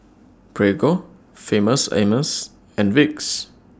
Prego Famous Amos and Vicks